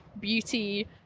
beauty